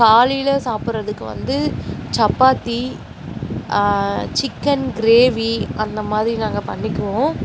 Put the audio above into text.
காலையில் சாப்புடுறதுக்கு வந்து சப்பாத்தி சிக்கன் கிரேவி அந்த மாதிரி நாங்கள் பண்ணிக்குவோம்